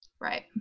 right